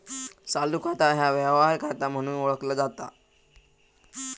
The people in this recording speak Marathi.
चालू खाता ह्या व्यवहार खाता म्हणून ओळखला जाता